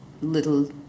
little